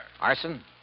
Arson